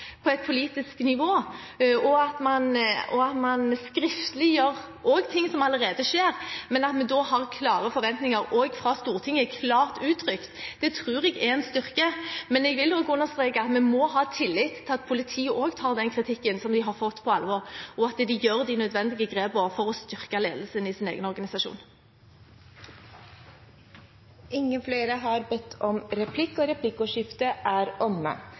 på et politisk nivå, og at man skriftliggjør også det som allerede skjer, men at vi da har klart uttrykte forventninger også fra Stortinget. Det tror jeg er en styrke. Jeg vil også understreke at vi må ha tillit til at politiet tar den kritikken de har fått, på alvor, og at de tar de nødvendige grepene for å styrke ledelsen i sin egen organisasjon. Replikkordskiftet er omme.